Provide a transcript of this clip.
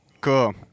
cool